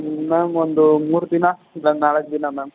ma'am ಒಂದು ಮೂರು ದಿನ ಇಲ್ಲ ನಾಲ್ಕು ದಿನ ಮ್ಯಾಮ್